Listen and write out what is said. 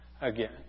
again